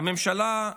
הממשלה,